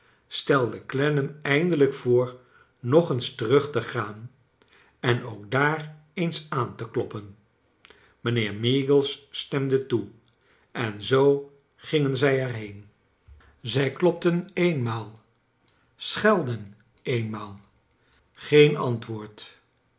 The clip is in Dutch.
stelde clennam eindelijk voor nog eens terug te gaan en ook daar eens aan te kloppen mijnheer meagles stemde toe en zoo gingen zij er heen zij klopten eenmaal schelden eenmaal geen antwoord